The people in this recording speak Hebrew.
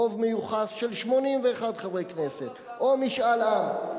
רוב מיוחד של 81 חברי כנסת או משאל עם.